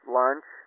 lunch